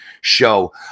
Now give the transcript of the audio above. show